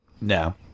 No